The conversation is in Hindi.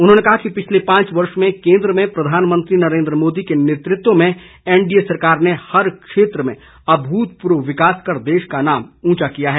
उन्होंने कहा कि पिछले पांच वर्ष में केन्द्र में प्रधानमंत्री नरेन्द्र मोदी के नेतृत्व में एनडीए सरकार ने हर क्षेत्र में अभूतपूर्व विकास कर देश का नाम उंचा किया है